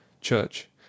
Church